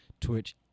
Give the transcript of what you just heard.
Twitch